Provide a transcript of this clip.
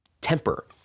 temper